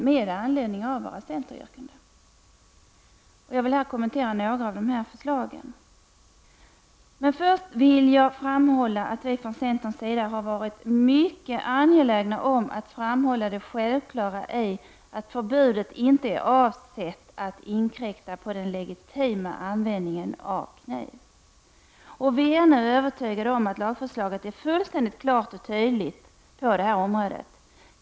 Låt mig här kommentera några av våra förslag. Först vill jag dock framhålla att vi i centern varit mycket angelägna om att framhålla det självklara i att förbudet inte är avsett att inkräkta på den legitima användningen av kniv. Vi är övertygade om att lagförslaget är fullständigt klart på det området.